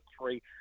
three